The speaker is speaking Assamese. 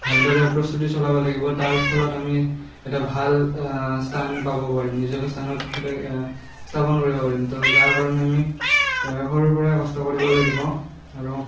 ভালদৰে প্ৰস্তুতি চলাব লাগিব তাৰ ফলত আমি এটা ভাল স্থান পাব পাৰিম নিজকে স্থানত সদায় স্থাপন কৰিব পাৰিম তো তাৰ কাৰণে আমি সৰুৰ পৰাই কষ্ট কৰিব লাগিব আৰু